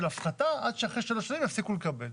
הפחתה עד שאחרי שלוש שנים יפסיקו לקבל.